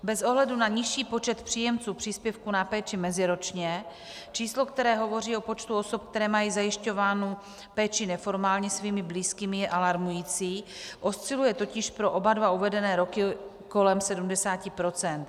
Bez ohledu na nižší počet příjemců příspěvku na péči je meziročně číslo, které hovoří o počtu osob, které mají zajišťovánu péči neformálně svými blízkými, alarmující, osciluje totiž pro oba dva uvedené roky kolem 70 %.